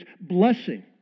blessing